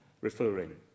referring